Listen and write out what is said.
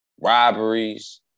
robberies